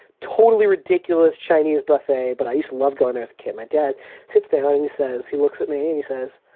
totally ridiculous chinese buffet, but i used to love going there as a kid. my dad sits down and he says he looks at me, and he says,